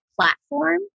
platform